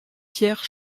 pierre